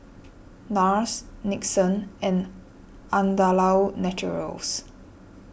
Nars Nixon and Andalou Naturals